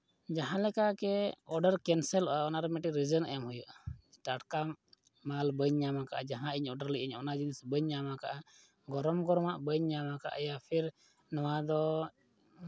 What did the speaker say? ᱡᱟᱦᱟᱸ ᱞᱮᱠᱟᱜᱮ ᱚᱰᱟᱨ ᱠᱮᱱᱥᱮᱞᱚᱜᱼᱟ ᱚᱱᱟ ᱨᱮ ᱢᱤᱫᱴᱮᱱ ᱨᱤᱡᱮᱱ ᱮᱢ ᱦᱩᱭᱩᱜᱼᱟ ᱴᱟᱴᱠᱟ ᱢᱟᱞ ᱵᱟᱹᱧ ᱧᱟᱢ ᱟᱠᱟᱫᱼᱟ ᱡᱟᱦᱟᱸ ᱤᱧ ᱚᱰᱟᱨ ᱞᱮᱫ ᱟᱹᱧ ᱚᱱᱟ ᱡᱤᱱᱤᱥ ᱤᱧ ᱵᱟᱹᱧ ᱧᱟᱢ ᱟᱠᱟᱫᱼᱟ ᱜᱚᱨᱚᱢ ᱜᱚᱨᱚᱢᱟᱜ ᱵᱟᱹᱧ ᱧᱟᱢ ᱟᱠᱟᱫᱼᱟ ᱯᱷᱤᱨ ᱱᱚᱣᱟ ᱫᱚ